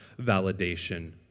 validation